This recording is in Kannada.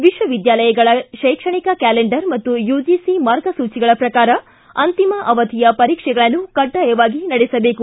ವಿಶ್ವವಿದ್ಯಾಲಯಗಳ ಶೈಕ್ಷಣಿಕ ಕ್ವಾಲೆಂಡರ್ ಮತ್ತು ಯುಜಿಸಿ ಮಾರ್ಗಸೂಚಿಗಳ ಶ್ರಕಾರ ಅಂತಿಮ ಅವಧಿಯ ಪರೀಕ್ಷೆಗಳನ್ನು ಕಡ್ಡಾಯವಾಗಿ ನಡೆಸಬೇಕು